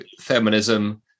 feminism